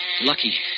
Lucky